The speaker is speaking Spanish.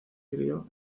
crio